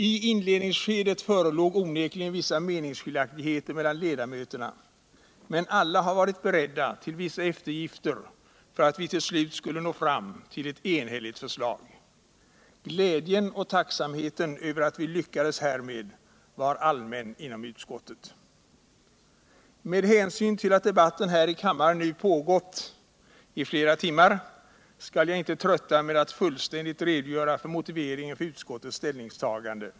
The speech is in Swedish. I inledningsskedet förelåg onekligen vissa meningsskiljaktigheter mellan ledamöterna, men alla har varit beredda till vissa eftergifter för att vi till slut skulle nå fram till ett enhälligt förslag. Glädjen och tacksamheten över att vi lyckades härmed var allmän inom utskottet. Med hänsyn till att debatten här i kammaren nu pågått i flera timmar skall Jag inte trötta med att fullständigt redogöra för motiveringen för utskottets ställningstagande.